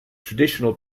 traditional